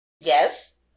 Yes